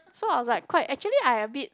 so I was like quite actually I a bit